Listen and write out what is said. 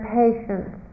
patience